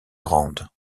grande